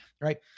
Right